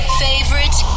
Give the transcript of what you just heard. favorite